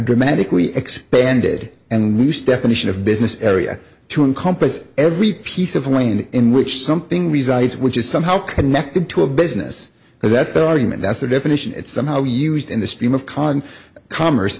dramatically expanded and loose definition of business area to encompass every piece of land in which something resides which is somehow connected to a business because that's the argument that's the definition it's somehow used in the stream of con commerce